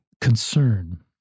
Concern